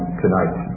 tonight